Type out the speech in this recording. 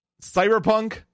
cyberpunk